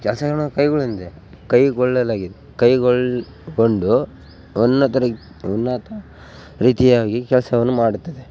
ಕೆಲ್ಸಗಳನ್ನು ಕೈ ಗೊಳ್ಳಂದೆ ಕೈಗೊಳ್ಳಲಾಗಿ ಕೈಗೊಳ್ಗೊಂಡು ಉನ್ನತರಿಗೆ ಉನ್ನತ ರೀತಿಯಾಗಿ ಕೆಲಸವನ್ನು ಮಾಡುತ್ತದೆ